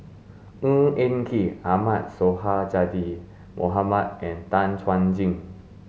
Ng Eng Kee Ahmad Sonhadji Mohamad and Tan Chuan Jin